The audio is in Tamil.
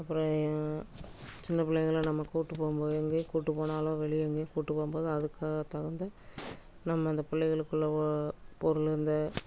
அப்புறோம் சின்ன பிள்ளைகள நம்ம கூட்டு போகும் போது எங்கே கூட்டு போனாலும் வெளியே எங்கேயும் கூட்டு போகும் போது அதுக்கு தகுந்த நம்ம அந்த பிள்ளைகளுக்குள்ள ஓ பொருள் இந்த